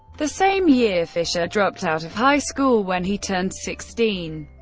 the same year, fischer dropped out of high school when he turned sixteen,